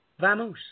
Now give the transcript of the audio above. Vamos